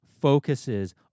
focuses